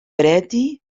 eredi